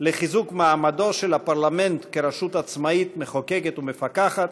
לחיזוק מעמדו של הפרלמנט כרשות עצמאית מחוקקת ומפקחת